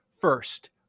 First